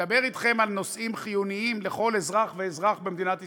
ואני מדבר אתכם על נושאים חיוניים לכל אזרח ואזרח במדינת ישראל.